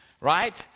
Right